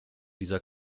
dieser